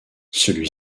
celui